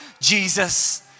Jesus